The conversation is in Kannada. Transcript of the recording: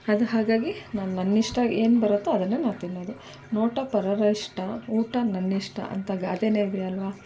ಅದು ಹಾಗಾಗಿ ನಾನು ನನ್ನಿಷ್ಟ ಏನು ಬರುತ್ತೋ ಅದನ್ನೇ ಮಾಡ್ತೀನಿ ನಾನು ನೋಟ ಪರರ ಇಷ್ಟ ಊಟ ನನ್ನಿಷ್ಟ ಅಂತ ಗಾದೆಯೇ ಇದೆಯಲ್ವ